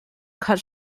cut